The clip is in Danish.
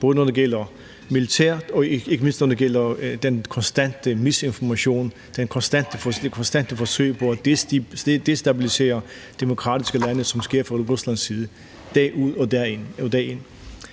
både når det gælder militært, og ikke mindst når det gælder den konstante misinformation, de konstante forsøg på at destabilisere demokratiske lande fra Ruslands side dag ud og dag ind.